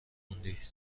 موندی